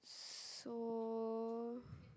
so